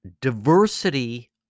diversity